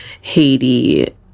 Haiti